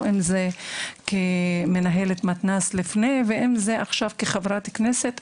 אם זה כשעבדתי כמנהלת מתנ״ס לפני כן ואם עכשיו כחברת כנסת,